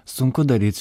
sunku daryt